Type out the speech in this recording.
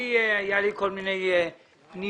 היו אלי כל מיני פניות.